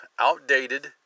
outdated